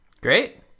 Great